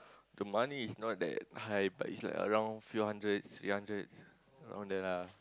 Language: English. the money is not that high but it's like around few hundreds three hundreds around there lah